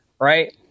right